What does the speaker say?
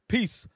Peace